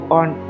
on